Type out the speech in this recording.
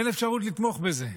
אין אפשרות לתמוך בזה.